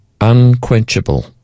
unquenchable